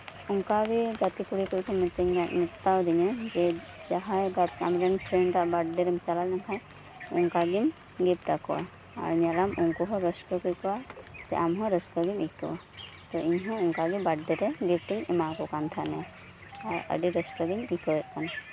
ᱚᱱᱠᱟᱜᱮ ᱜᱟᱛᱮ ᱠᱩᱲᱤ ᱠᱚᱠᱚ ᱢᱤᱛᱟᱹᱧᱟ ᱢᱮᱛᱟᱣᱟᱫᱤᱧᱟ ᱡᱮ ᱡᱟᱦᱟᱸᱭ ᱟᱢᱨᱮᱱ ᱯᱷᱨᱮᱹᱱᱰ ᱟᱜ ᱵᱟᱨᱛᱷ ᱰᱮᱹ ᱨᱮᱢ ᱪᱟᱞᱟᱣ ᱞᱮᱱᱠᱷᱟᱱ ᱚᱱᱠᱟᱜᱮᱢ ᱜᱤᱯᱷᱴ ᱟᱠᱚᱣᱟ ᱟᱨ ᱧᱮᱞᱟᱢ ᱩᱱᱠᱩᱦᱚᱸ ᱨᱟᱹᱥᱠᱟᱹᱠᱚ ᱟᱹᱭᱠᱟᱹᱣᱟ ᱥᱮ ᱟᱢᱦᱚᱸ ᱨᱟᱹᱥᱠᱟᱹᱜᱮᱢ ᱟᱹᱭᱠᱟᱹᱣᱟ ᱛᱚ ᱤᱧᱦᱚ ᱚᱱᱠᱟᱜᱮ ᱵᱟᱨᱛᱷ ᱰᱮᱹ ᱨᱮ ᱜᱤᱯᱷᱴ ᱤᱧ ᱮᱢᱟᱠᱚ ᱠᱟᱱ ᱛᱟᱦᱮᱱᱟ ᱟᱨ ᱟᱹᱰᱤ ᱨᱟᱹᱥᱠᱟᱹᱜᱤᱧ ᱟᱹᱭᱠᱟᱹᱣᱮᱫ ᱛᱟᱦᱮᱱ